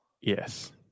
yes